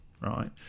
right